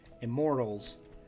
Immortals